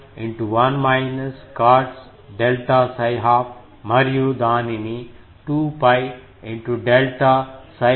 కాబట్టి 2 𝜋 1 cos delta 𝜓½ మరియు దానిని 2 𝜋 డెల్టా 𝜓½ 2 2గా అంచనా వేయవచ్చు